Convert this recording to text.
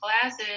classes